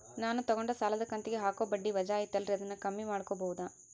ನಾನು ತಗೊಂಡ ಸಾಲದ ಕಂತಿಗೆ ಹಾಕೋ ಬಡ್ಡಿ ವಜಾ ಐತಲ್ರಿ ಅದನ್ನ ಕಮ್ಮಿ ಮಾಡಕೋಬಹುದಾ?